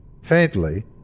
Faintly